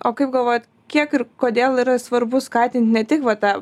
o kaip galvojat kiek ir kodėl yra svarbu skatint ne tik va tą